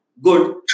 Good